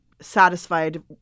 satisfied